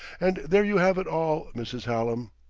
and there you have it all, mrs. hallam.